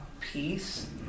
peace